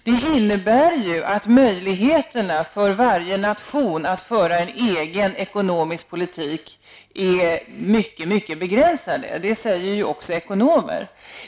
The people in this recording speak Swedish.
Det innebär att möjligheterna för varje nation att föra en egen ekonomisk politik blir mycket begränsade. Det säger också ekonomer.